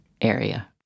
area